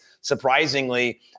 surprisingly